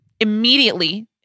immediately